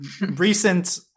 recent